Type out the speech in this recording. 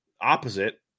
opposite